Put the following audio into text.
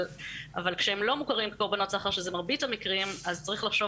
אבל ברגע שהם לא מוכרים כקורבנות סחר וזה כך במרבית המקרים אז צריך לחשוב